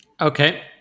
Okay